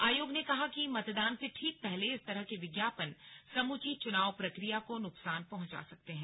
आयोग ने कहा कि मतदान से ठीक पहले इस तरह के विज्ञापन समूची चुनाव प्रक्रिया को नुकसान पहुंचा सकते हैं